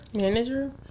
Manager